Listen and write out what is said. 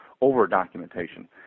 over-documentation